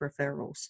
referrals